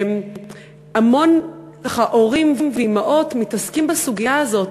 והמון הורים, ואימהות, מתעסקים בסוגיה הזאת.